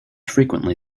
frequently